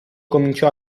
cominciò